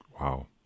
Wow